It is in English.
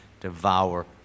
Devour